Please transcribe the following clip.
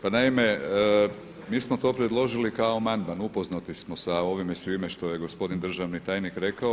Pa naime, mi smo to predložili kao amandman, upoznati smo sa ovime svime što je gospodin državni tajnik rekao.